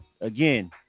again